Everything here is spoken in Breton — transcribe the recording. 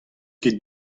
ket